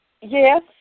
Yes